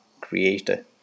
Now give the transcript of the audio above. creator